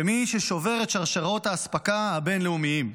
כמי ששובר את שרשראות האספקה הבין-לאומיים.